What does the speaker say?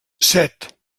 set